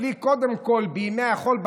תטפלי קודם כול בימי החול,